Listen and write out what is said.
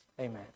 Amen